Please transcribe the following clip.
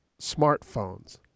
smartphones